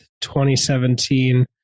2017